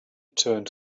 turned